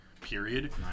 period